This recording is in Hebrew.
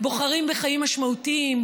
בוחרים בחיים משמעותיים,